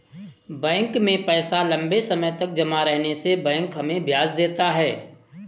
bank में पैसा लम्बे समय तक जमा रहने से बैंक हमें ब्याज देता है